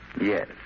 Yes